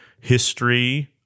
history